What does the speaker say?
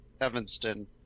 Evanston